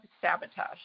sabotage